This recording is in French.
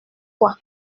quoi